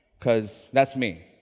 cause that's me.